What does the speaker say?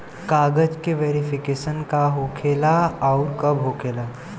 कागज के वेरिफिकेशन का हो खेला आउर कब होखेला?